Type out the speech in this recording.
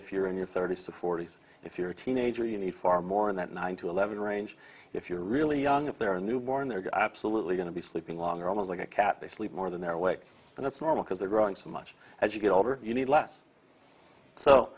if you're in your thirty's to forty's if you're a teenager you need far more in that nine to eleven range if you're really young if they're a newborn they're absolutely going to be sleeping longer almost like a cat they sleep more than they're awake and it's normal because they're growing so much as you get older you need less so